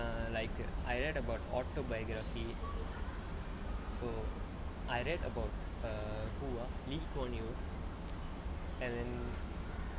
err like I read about autobiography so I read about err who ah err lee kuan yew and then